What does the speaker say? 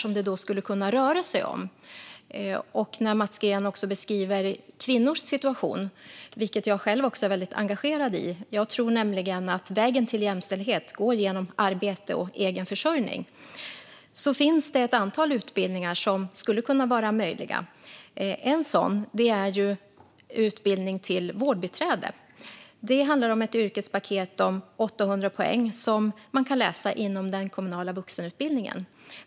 Mats Green beskriver kvinnors situation. Jag är själv mycket engagerad i detta eftersom jag tror att vägen till jämställdhet går genom arbete och egen försörjning. Det finns ett antal möjliga utbildningar. En sådan är utbildning till vårdbiträde. Det handlar om ett yrkespaket om 800 poäng som man kan läsa inom den kommunala vuxenutbildningen.